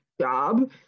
job